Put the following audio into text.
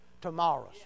tomorrows